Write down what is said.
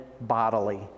bodily